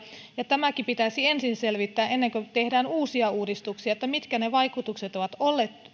ja tämäkin pitäisi ensin selvittää ennen kuin tehdään uusia uudistuksia mitkä ne vaikutukset ovat olleet